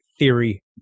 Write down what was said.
theory